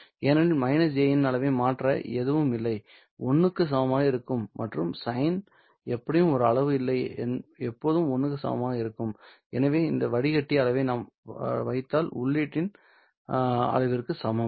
ஏனெனில் j இன் அளவை மாற்ற எதுவும் இல்லை 1 க்கு சமமாக இருக்கும் மற்றும் சைன் எப்படியும் ஒரு அளவு இல்லை எப்போதும் 1 க்கு சமமாக இருக்கும் எனவே இந்த வடிகட்டி அளவை நாம் வைத்தால் உள்ளீட்டின் அளவிற்கு சமம்